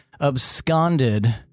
absconded